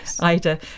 Ida